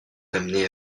amené